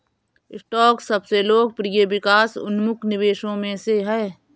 stock सबसे लोकप्रिय विकास उन्मुख निवेशों में से है